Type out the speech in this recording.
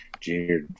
junior